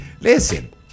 listen